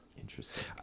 interesting